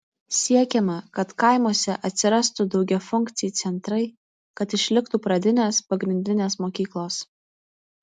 siekiama kad kaimuose atsirastų daugiafunkciai centrai kad išliktų pradinės pagrindinės mokyklos